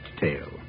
tale